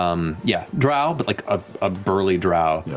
um yeah, drow, but like a ah burly drow, yeah